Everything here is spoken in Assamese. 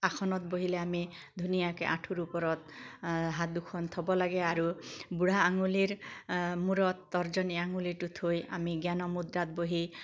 আসনত বহিলে আমি ধুনীয়াকৈ আঁঠুৰ ওপৰত হাত দুখন থ'ব লাগে আৰু বুঢ়া আঙুলিৰ মূৰত তৰ্জনী আঙুলিটো থৈ আমি জ্ঞানমুদ্ৰাত বহি